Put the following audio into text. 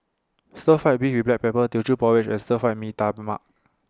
Stir Fried Beef with Black Pepper Teochew Porridge and Stir Fried Mee Tai Mak